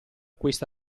questa